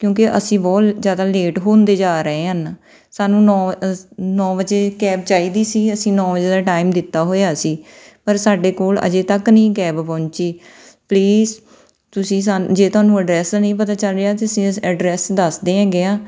ਕਿਉਂਕਿ ਅਸੀਂ ਬਹੁਤ ਜ਼ਿਆਦਾ ਲੇਟ ਹੁੰਦੇ ਜਾ ਰਹੇ ਹਨ ਸਾਨੂੰ ਨੌਂ ਨੌਂ ਵਜੇ ਕੈਬ ਚਾਹੀਦੀ ਸੀ ਅਸੀਂ ਨੌਂ ਵਜੇ ਦਾ ਟਾਈਮ ਦਿੱਤਾ ਹੋਇਆ ਸੀ ਪਰ ਸਾਡੇ ਕੋਲ ਅਜੇ ਤੱਕ ਨਹੀਂ ਕੈਬ ਪਹੁੰਚੀ ਪਲੀਜ਼ ਤੁਸੀਂ ਸਾਨੂੰ ਜੇ ਤੁਹਾਨੂੰ ਐਡਰੈਸ ਨਹੀਂ ਪਤਾ ਚੱਲ ਰਿਹਾ ਤੁਸੀਂ ਇਸ ਐਡਰਸ ਦੱਸਦੇ ਹੈਗੇ ਹਾਂ